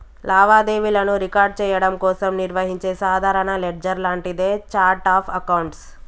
లావాదేవీలను రికార్డ్ చెయ్యడం కోసం నిర్వహించే సాధారణ లెడ్జర్ లాంటిదే ఛార్ట్ ఆఫ్ అకౌంట్స్